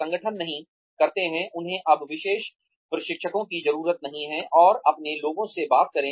संगठन नहीं करते हैं उन्हें अब विशेष प्रशिक्षकों की जरूरत नहीं है और अपने लोगों से बात करें